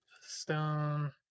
stone